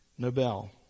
Nobel